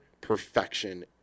perfection